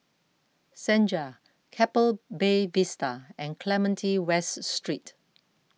Senja Keppel Bay Vista and Clementi West Street